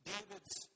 David's